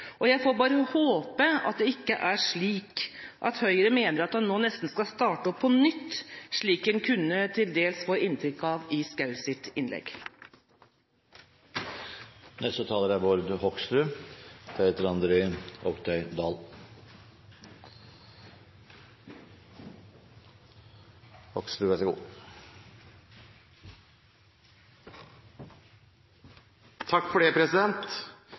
Jeg får bare håpe at det ikke er slik at Høyre mener at en nå nesten skal starte opp på nytt, slik en til dels kunne få inntrykk av i Schous innlegg. Dette er en utrolig viktig debatt. Jeg er glad for at også Høyre etter hvert har sett at det